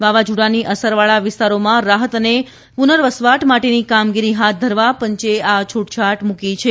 વાવાઝોડાની અસરવાળા વિસ્તારોમાં રાહત અને પુનવર્સવાટ માટેની કામગીરી હાથ ધરવા પંચે આ છૂટછાટ મૂકી છે